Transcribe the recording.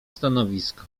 stanowisko